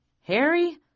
Harry